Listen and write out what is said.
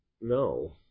no